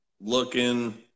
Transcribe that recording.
looking